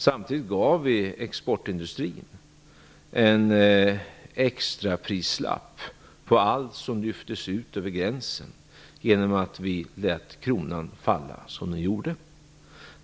Samtidigt gav vi exportindustrin en extraprislapp på allt som lyftes ut över gränsen, genom att vi lät kronan falla som den gjorde.